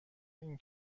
این